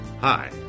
Hi